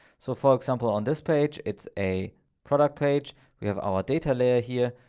so for example, on this page, it's a product page, we have our data layer here.